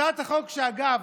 הצעת החוק, אגב,